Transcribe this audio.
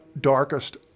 darkest